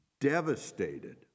devastated